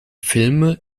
filme